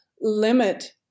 limit